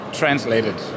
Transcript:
translated